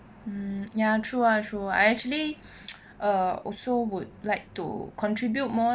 hmm ya true ah true I actually uh also would like to contribute more